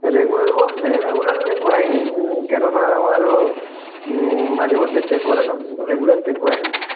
regular বলতে regular check করাইনি কেননা আমার মাঝে মধ্যে চেক করাতাম রেগুলার চেক করাইনি